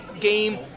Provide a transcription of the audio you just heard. game